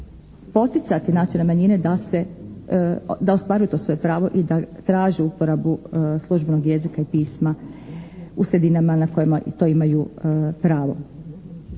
poticati nacionalne manjine da se, da ostvaruju to svoje pravo i da traže uporabu službenog jezika i pisma u sredinama u kojima to imaju pravo.